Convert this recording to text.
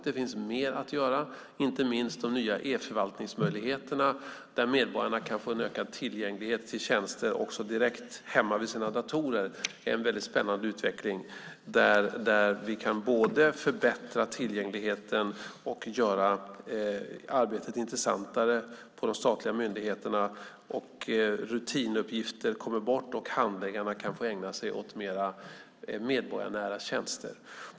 Det finns mer att göra, inte minst vad gäller de nya e-förvaltningsmöjligheterna, genom vilka medborgarna kan få ökad tillgänglighet till tjänster också direkt hemma vid sina datorer. Det är en väldigt spännande utveckling, där vi både kan förbättra tillgängligheten och göra arbetet intressantare på de statliga myndigheterna. Rutinuppgifter kan tas bort, och handläggarna kan få ägna sig åt mer medborgarnära tjänster.